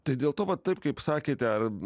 tai dėl to va taip kaip sakėte ar